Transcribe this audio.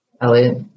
Elliot